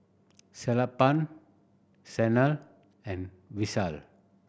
Sellapan Sanal and Vishal